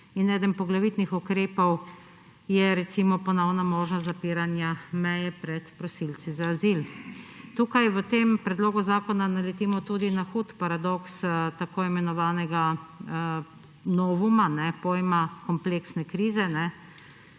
in eden poglavitnih ukrepov je, recimo, ponovna možnost zapiranja meje pred prosilci za azil. V tem predlogu zakona naletimo tudi na hud paradoks tako imenovanega novuma – pojma kompleksne krize.